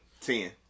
Ten